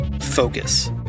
Focus